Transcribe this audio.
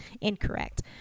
incorrect